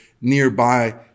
nearby